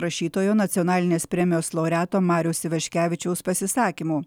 rašytojo nacionalinės premijos laureato mariaus ivaškevičiaus pasisakymų